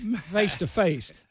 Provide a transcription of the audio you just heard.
face-to-face